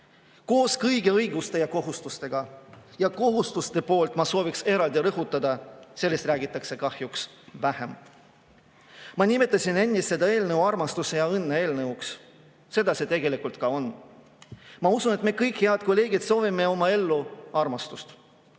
koos kõigi õiguste ja kohustustega. Ja kohustuste poolt ma sooviks eraldi rõhutada, sest sellest räägitakse kahjuks vähem. Ma nimetasin ennist seda eelnõu armastuse ja õnne eelnõuks. Seda see tegelikult ka on. Ma usun, et me kõik, head kolleegid, soovime oma ellu armastust.